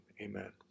Amen